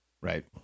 Right